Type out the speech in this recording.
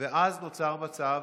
ואז נוצר מצב